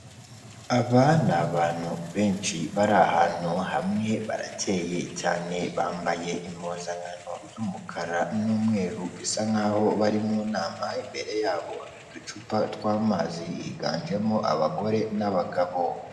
Aba ni abantu benshi bari ahantu hamwe, barakeye cyane, bambaye impuzankano z'umukara n'umweru, bisa nk'aho bari mu nama, imbere yabo hari uducupa tw'amazi, higanjemo abagore n'abagabo.